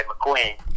McQueen